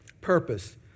purpose